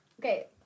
Okay